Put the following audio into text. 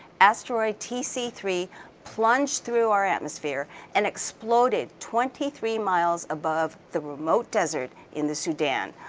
asteroid t c three plunged through our atmosphere and exploded twenty three miles above the remote desert in the sudan.